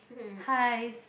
hi